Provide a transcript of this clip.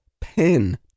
pen